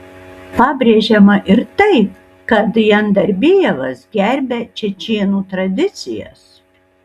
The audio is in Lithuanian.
pabrėžiama ir tai kad jandarbijevas gerbia čečėnų tradicijas